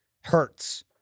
hurts